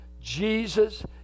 Jesus